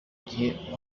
gihe